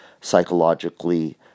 psychologically